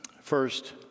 first